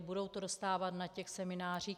Budou to dostávat na těch seminářích?